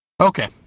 Okay